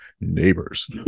Neighbors